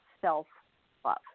self-love